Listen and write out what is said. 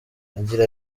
agira